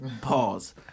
Pause